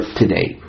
today